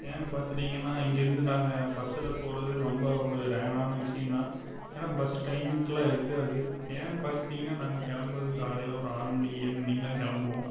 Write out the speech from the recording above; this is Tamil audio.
ஏன்னு பார்த்துட்டிங்கன்னா இங்கே இருந்து நாங்கள் பஸ்ஸில் போகறது ரொம்ப ஒரு ரேரான விஷியம்தான் ஏன்னா பஸ் டைமிங்குள்ளே இருக்கு அது ஏன்னு பார்த்துட்டிங்கன்னா நாங்கள் கிளம்புறது காலையில் ஒரு ஆறு மணி ஏழு மணிக்கு எல்லாம் கிளம்புவோம்